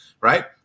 right